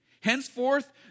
Henceforth